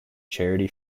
charity